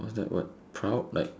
what's that what proud like